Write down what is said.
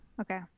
Okay